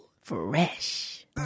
Fresh